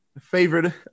favorite